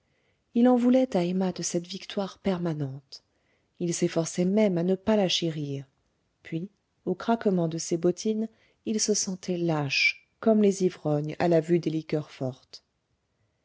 il en voulait à emma de cette victoire permanente il s'efforçait même à ne pas la chérir puis au craquement de ses bottines il se sentait lâche comme les ivrognes à la vue des liqueurs fortes